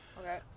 Okay